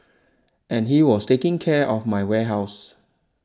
and he was taking care of my warehouse